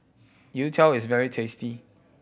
youtiao is very tasty